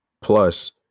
Plus